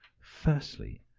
Firstly